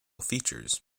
features